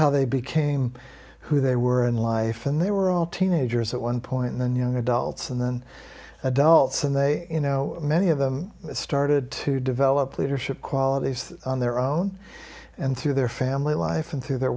how they became who they were in life and they were all teenagers at one point then you know adults and then adults and they you know many of them started to develop leadership qualities on their own and through their family life and th